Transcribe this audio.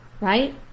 right